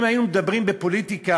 אם היינו מדברים בפוליטיקה,